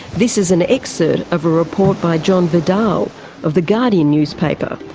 this is an excerpt of a report by john vidal of the guardian newspaper,